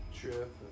trip